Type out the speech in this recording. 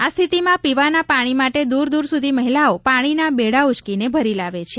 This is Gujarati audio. આ સ્થિતિમાં પીવાના પાણી માટે દૂરદૂર સુધી મહિલાઓ પાણીના બેડાં ઉચકીને ભરી લાવે છે